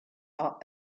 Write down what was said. are